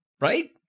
Right